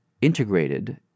integrated